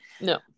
no